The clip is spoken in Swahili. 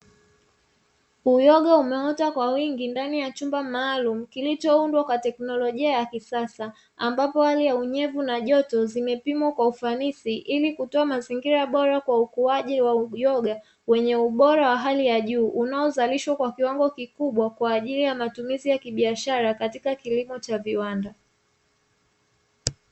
Uyoga umeota kwa wingi ndani ya chumba maalumu kilichoundwa kwa teknolojia ya kisasa ambapo hali ya unyevu nyevu na joto zimepimwa kwa ufanisi, ili kutoa mazingira kwa ukuaji wa uyoga wenye ubora wa hali ya juu unaozalishwa kwa kiwango kikubwa kwa ajili ya matumizi ya biashara katika kilimo cha viwanda.